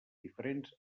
diferents